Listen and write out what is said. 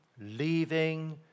leaving